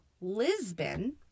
Lisbon